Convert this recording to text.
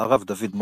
הרב דוד מונק,